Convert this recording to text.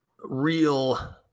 real